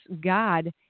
God